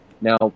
Now